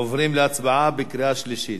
עוברים להצבעה בקריאה שלישית.